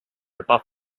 above